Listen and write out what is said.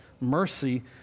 mercy